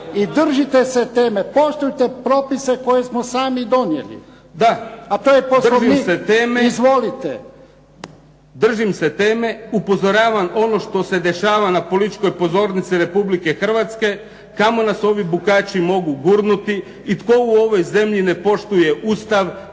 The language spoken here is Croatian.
držite se teme. Poštujte propise koje smo sami donijeli, a to je Poslovnik. Izvolite. **Kajin, Damir (IDS)** Da, držim se teme, upozoravam ono što se dešava na političkoj pozornici Republike Hrvatske, kamo nas ovi bukači mogu gurnuti i tko u ovoj zemlji ne poštuje Ustav